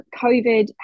COVID